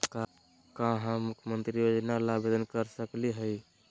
का हम मुख्यमंत्री योजना ला आवेदन कर सकली हई?